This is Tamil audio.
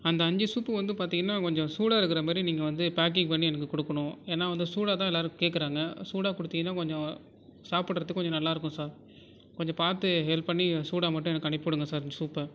அந்த அஞ்சு சூப்பு வந்து பார்த்திங்கன்னா கொஞ்சம் சூடாக இருக்கிற மாதிரி நீங்கள் வந்து பேக்கிங் பண்ணி எனக்கு கொடுக்கணும் ஏன்னா வந்து சூடாகதான் எல்லோரும் கேக்கிறாங்க சூடாக கொடுத்திங்கனா கொஞ்சம் சாப்பிடுறதுக்கு கொஞ்சம் நல்லாயிருக்கும் சார் கொஞ்சம் பார்த்து ஹெல்ப் பண்ணி சூடாக மட்டும் எனக்கு அனுப்பிவிடுங்க சார் அந்த சூப்பை